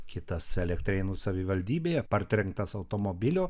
kitas elektrėnų savivaldybėje partrenktas automobilio